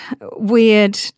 weird